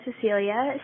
Cecilia